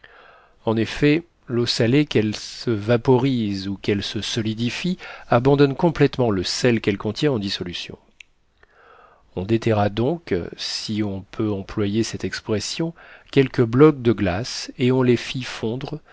en effet l'eau salée qu'elle se vaporise ou qu'elle se solidifie abandonne complètement le sel qu'elle contient en dissolution on déterra donc si on peut employer cette expression quelques blocs de glace et on les fit fondre